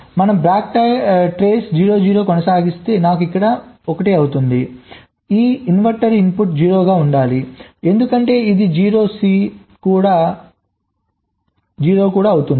మనం back trace 0 0 ను కొనసాగిస్తే నాకు ఇక్కడ 1 ఉంది ఈ ఇన్వర్టర్ ఇన్పుట్ 0 గా ఉండాలి ఎందుకంటే ఇది 0 సి కూడా 0 అవుతుంది